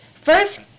first